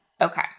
Okay